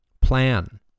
Plan